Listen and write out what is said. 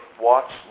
watch